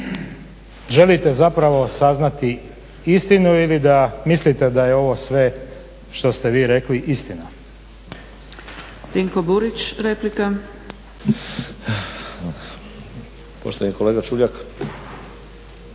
želite zapravo saznati istinu ili da mislite da je ovo sve što ste vi rekli istina.